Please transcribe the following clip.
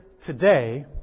today